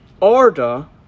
order